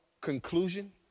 conclusion